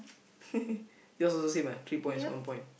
yours also same ah three points one point